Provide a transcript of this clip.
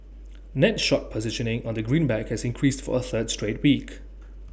net short positioning on the greenback has increased for A third straight week